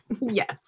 Yes